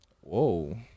Whoa